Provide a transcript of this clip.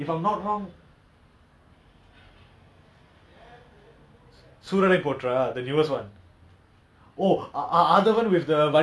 oh ya suriya suriya I like suriya's movie the what's that movie called ah aathavan aathavan aathavan aathavan